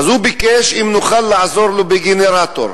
הוא ביקש אם נוכל לעזור לו בגנרטור.